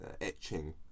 Etching